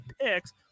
picks